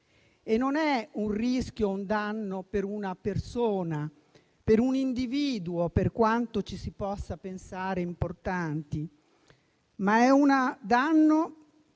e non è un rischio o un danno per una persona, per un individuo, per quanto ci si possa pensare importanti. È un danno